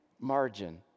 margin